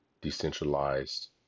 Decentralized